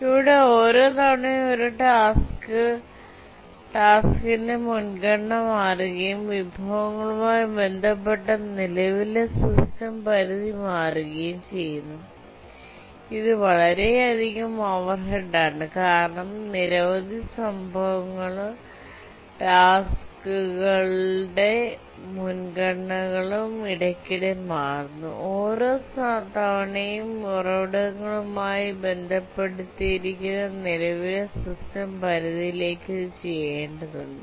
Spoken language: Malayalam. ഇവിടെ ഓരോ തവണയും ഒരു ടാസ്ക്കിന്റെ മുൻഗണന മാറുകയും വിഭവങ്ങളുമായി ബന്ധപ്പെട്ട നിലവിലെ സിസ്റ്റം പരിധി മാറ്റുകയും വേണം ഇത് വളരെയധികം ഓവർഹെഡ് ആണ് കാരണം നിരവധി സംഭവങ്ങളും ടാസ്ക്കുകളുടെ മുൻഗണനകളും ഇടയ്ക്കിടെ മാറുന്നു ഓരോ തവണയും ഉറവിടങ്ങളുമായി ബന്ധപ്പെടുത്തിയിരിക്കുന്ന നിലവിലെ സിസ്റ്റം പരിധിയിലേക്ക് ഇത് ചെയ്യേണ്ടതുണ്ട്